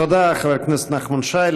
תודה, חבר הכנסת נחמן שי.